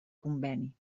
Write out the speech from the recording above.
conveni